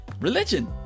Religion